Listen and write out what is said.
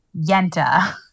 Yenta